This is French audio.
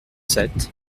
sept